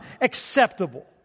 acceptable